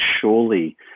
surely